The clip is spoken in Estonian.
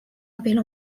abil